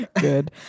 good